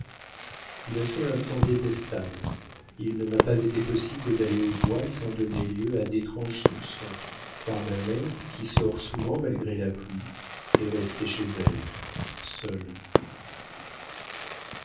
il a fait un temps détestable il ne m'a pas été possible d'aller au bois sans donner lieu à d'étranges soupçons car ma mère qui sort souvent malgré la pluie est restée chez elle seule